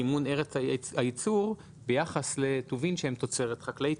סימון ארץ הייצור ביחס לטובין שהם תוצרת חקלאית,